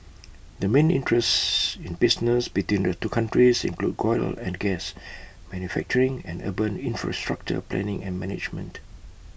the main interests in business between the two countries include oil and gas manufacturing and urban infrastructure planning and management